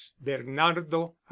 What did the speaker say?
Bernardo